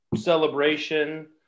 celebration